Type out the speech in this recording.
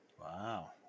Wow